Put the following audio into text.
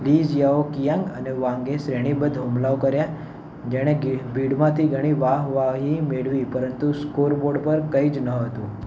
લી ઝિયાઓકિયાંગ અને વાંગે શ્રેણીબદ્ધ હુમલાઓ કર્યા જેણે ગેટ ભીડમાંથી ઘણી વાહવાહી મેળવી પરંતુ સ્કોર બોડ પર કંઈ જ નહોતું